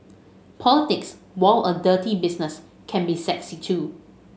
politics while a dirty business can be sexy too